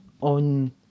on